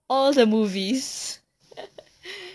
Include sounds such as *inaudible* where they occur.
all the movies *laughs*